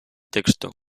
texto